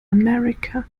america